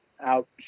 out